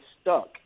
stuck